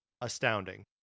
astounding